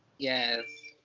yes.